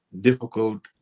difficult